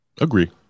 agree